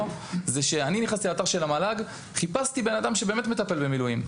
אני נכנסתי לאתר של המל"ג - חיפשתי בן אדם שבאמת מטפל במילואים.